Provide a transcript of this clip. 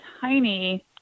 tiny